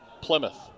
Plymouth